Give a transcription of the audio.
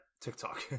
tiktok